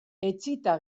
etsita